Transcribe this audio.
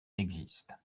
existe